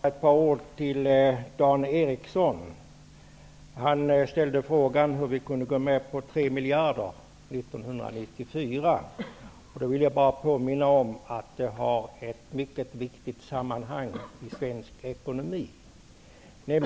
Herr talman! Jag har ett par ord till Dan Eriksson i Stockholm. Han ställde frågan hur vi kunde gå med 3 miljarder 1994. Då vill jag bara påminna om det som är viktigt i sammanhanget: svensk ekonomi.